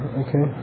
okay